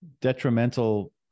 detrimental